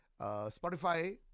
Spotify